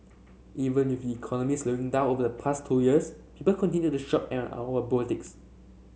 even with the economy slowing down over the past two years people continued to shop at our boutiques